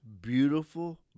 beautiful